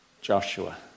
Joshua